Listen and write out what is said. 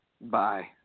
Bye